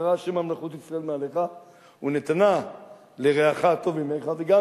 "קרע ה' ממלכות ישראל מעליך ונתנה לרעך הטוב ממך וגם